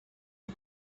who